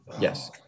Yes